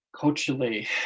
Culturally